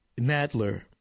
Nadler